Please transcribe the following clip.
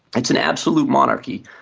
it's an absolute monarchy,